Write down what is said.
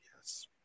Yes